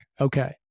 Okay